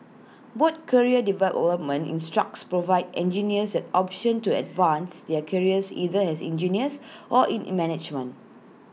both career development structures provide engineers at option to advance their careers either as engineers or in management